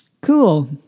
Cool